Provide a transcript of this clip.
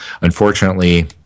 unfortunately